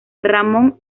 ramón